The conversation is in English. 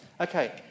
Okay